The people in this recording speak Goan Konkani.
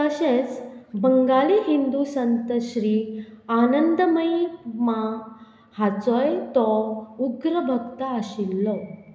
तशेंच बंगाली हिंदू संतश्री आनंदमयी मां हाचोय तो उग्रभक्त आशिल्लो